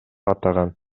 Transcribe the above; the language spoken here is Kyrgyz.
атаган